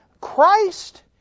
Christ